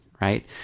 right